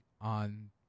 on